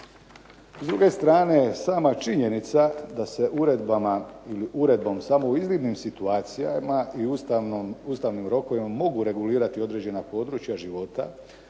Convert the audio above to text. S druge strane, sama činjenica da se uredbama ili uredbom samo u iznimnim situacijama i ustavnim rokovima mogu regulirati određena područja života,